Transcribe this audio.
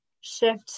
shift